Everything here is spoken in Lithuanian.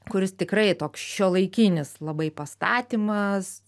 kuris tikrai toks šiuolaikinis labai pastatymas